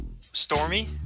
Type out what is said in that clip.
Stormy